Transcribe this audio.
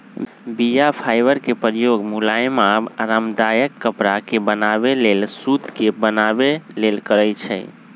बीया फाइबर के प्रयोग मुलायम आऽ आरामदायक कपरा के बनाबे लेल सुत के बनाबे लेल करै छइ